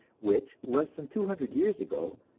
which, less than two hundred years ago,